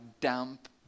damp